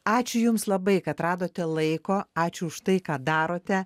ačiū jums labai kad radote laiko ačiū už tai ką darote